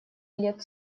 лет